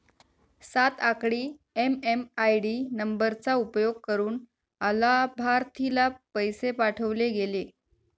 सात आकडी एम.एम.आय.डी नंबरचा उपयोग करुन अलाभार्थीला पैसे पाठवले गेले